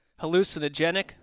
Hallucinogenic